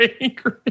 angry